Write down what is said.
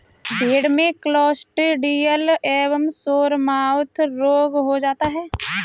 भेड़ में क्लॉस्ट्रिडियल एवं सोरमाउथ रोग हो जाता है